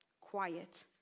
quiet